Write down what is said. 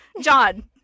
John